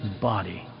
body